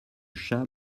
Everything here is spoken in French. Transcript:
chat